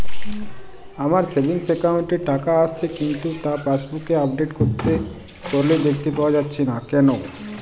আমার savings account এ টাকা আসছে কিন্তু তা পাসবুক আপডেট করলে দেখতে পাওয়া যাচ্ছে না কেন?